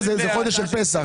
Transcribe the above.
זה חודש של פסח,